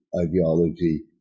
ideology